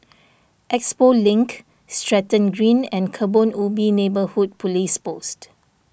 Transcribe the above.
Expo Link Stratton Green and Kebun Ubi Neighbourhood Police Post